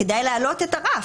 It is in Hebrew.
כדאי להעלות את הרף,